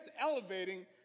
elevating